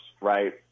right